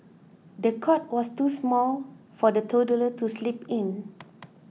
the cot was too small for the toddler to sleep in